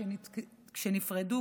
כשנפרדו,